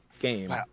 game